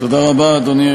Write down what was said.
תודה רבה,